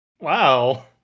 wow